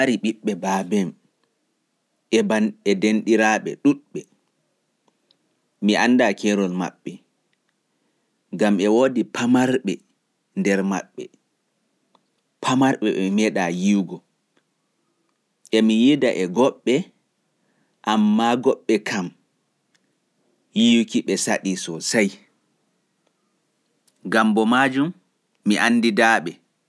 Mi marii ɓiɓɓe baaba'en e banndi- e denɗiraaɓe ɗuuɗɓe, mi anndaa keerol maɓɓe, ngam e woodi famarɓe nder maɓɓe, famarɓe ɓe mi meeɗaa yi'ugo. Emi yiida e goɓɓe, ammaa goɓɓe yi'uki-ɓe saɗii soosay, ngam boo maajum mi anndidaaɓe.